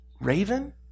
Raven